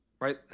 right